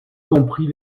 compris